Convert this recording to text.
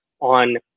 on